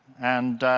and,